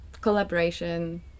collaboration